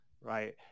right